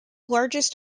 largest